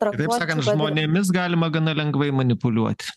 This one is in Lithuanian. kitaip sakant žmonėmis galima gana lengvai manipuliuoti